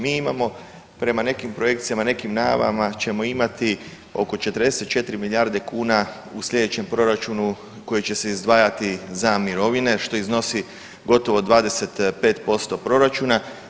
Mi imamo prema nekim projekcijama i nekim najavama ćemo imati oko 44 milijarde kuna u slijedećem proračunu koji će se izdvajati za mirovine, što iznosi gotovo 25% proračuna.